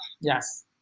Yes